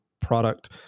product